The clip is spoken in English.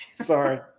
Sorry